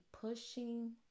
pushing